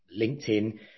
LinkedIn